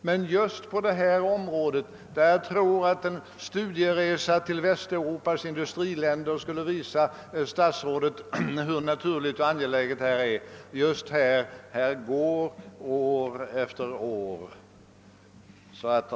Men förhållandena på just det här området — där jag tror att en studieresa till Västeuropas industriländer skulle visa statsrådet hur naturlig och angelägen en ny examen är — fortsätter att vara desamma år efter år.